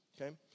okay